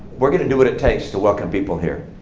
we're going to do what it takes to welcome people here,